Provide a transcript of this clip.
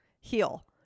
heal